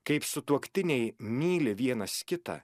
kaip sutuoktiniai myli vienas kitą